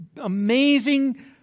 amazing